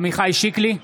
נוכחת עמיחי שיקלי,